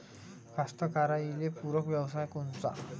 कास्तकाराइले पूरक व्यवसाय कोनचा?